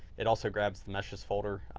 it also grabs the meshes folder.